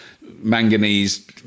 manganese